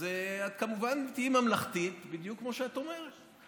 אז את כמובן תהיי ממלכתית בדיוק כמו שאת אומרת.